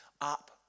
up